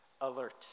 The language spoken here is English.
alert